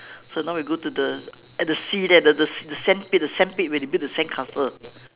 so now we go to the at the sea there the the the sandpit the sandpit where they build the sandcastle